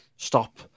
stop